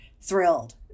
thrilled